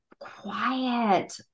quiet